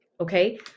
Okay